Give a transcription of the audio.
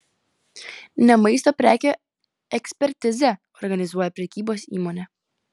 ne maisto prekių ekspertizę organizuoja prekybos įmonė